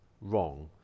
wrong